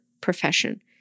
profession